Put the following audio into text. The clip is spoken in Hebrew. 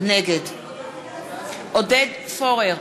נגד עודד פורר,